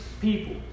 people